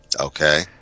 Okay